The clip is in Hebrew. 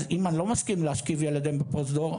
אז אם אני לא מסכים להשכיב ילדיהם בפרוזדור,